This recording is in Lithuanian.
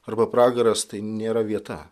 arba pragaras tai nėra vieta